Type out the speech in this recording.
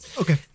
Okay